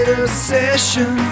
obsession